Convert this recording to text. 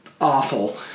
awful